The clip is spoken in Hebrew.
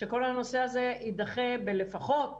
שכל הנושא הזה יידחה בלפחות